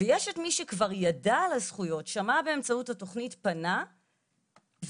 לעומת זאת,